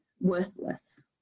worthless